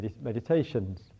meditations